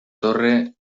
torre